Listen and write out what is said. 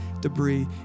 debris